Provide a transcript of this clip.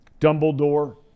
Dumbledore